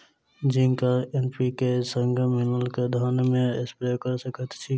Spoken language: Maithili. जिंक आ एन.पी.के, संगे मिलल कऽ धान मे स्प्रे कऽ सकैत छी की?